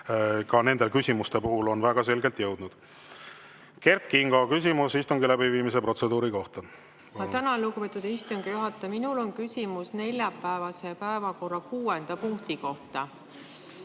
ta nende küsimuste puhul on väga selgelt jõudnud. Kert Kingo, küsimus istungi läbiviimise protseduuri kohta. Ma tänan, lugupeetud istungi juhataja. Minul on küsimus neljapäevase päevakorra 6. punkti kohta.